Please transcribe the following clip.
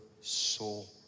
soul